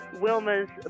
Wilma's